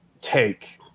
take